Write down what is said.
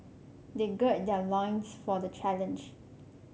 they gird their loins for the challenge